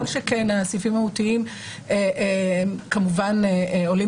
כל שכן הסעיפים המהותיים כמובן עולים